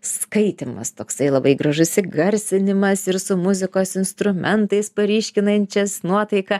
skaitymas toksai labai gražus įgarsinimas ir su muzikos instrumentais paryškinančias nuotaiką